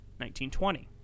1920